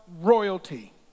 royalty